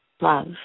love